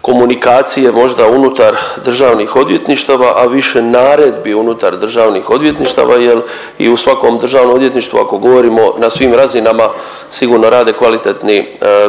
komunikacije možda unutar državnih odvjetništava a više naredbi unutar državnih odvjetništava jer i u svakom državnom odvjetništvu ako govorimo na svim razinama sigurno rade kvalitetni,